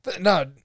No